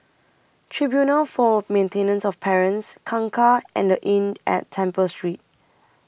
Tribunal For Maintenance of Parents Kangkar and The Inn At Temple Street